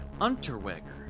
Unterweger